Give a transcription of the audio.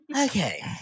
Okay